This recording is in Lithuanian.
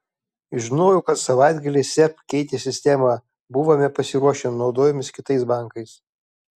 žinojau kad savaitgalį seb keitė sistemą buvome pasiruošę naudojomės kitais bankais